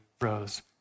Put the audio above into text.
rose